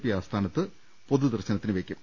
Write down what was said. P ആസ്ഥാനത്തും പൊതുദർശനത്തിന് വെക്കും